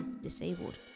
disabled